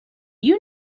you